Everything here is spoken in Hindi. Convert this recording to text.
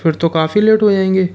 फिर तो काफ़ी लेट हो जाएंगे